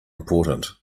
important